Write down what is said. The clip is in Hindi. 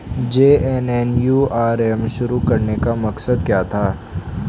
जे.एन.एन.यू.आर.एम शुरू करने का मकसद क्या था?